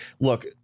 Look